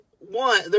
One